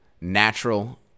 natural